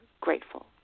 grateful